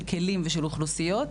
של כלים ושל אוכלוסיות,